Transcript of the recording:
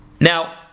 Now